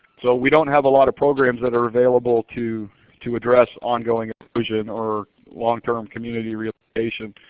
so, we don't have a lot of programs that are available to to address ongoing erosion or long-term community relocation.